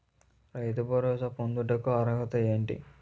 రైతు భరోసా పొందుటకు అర్హత ఏంటి?